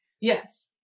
Yes